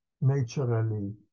naturally